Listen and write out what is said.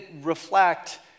reflect